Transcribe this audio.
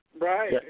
right